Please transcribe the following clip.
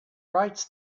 writes